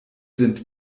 sind